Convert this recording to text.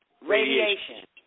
radiation